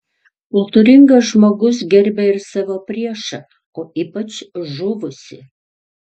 kultūringas žmogus gerbia ir savo priešą o ypač žuvusį